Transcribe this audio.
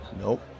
Nope